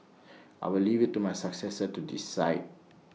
I will leave IT to my successor to decide